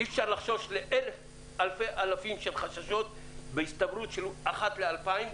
אי-אפשר לחשוש אלף אלפי אלפים של חששות לגבי הסתברות של 1/10,000